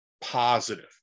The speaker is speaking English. positive